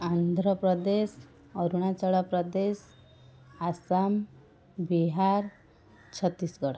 Andhra Pradesh Arunachal Pradesh Assam Bihar Chhattisgarh